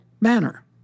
manner